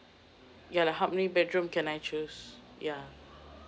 ya like how many bedroom can I choose ya